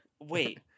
Wait